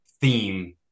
theme